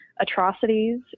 atrocities